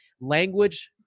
language